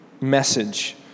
message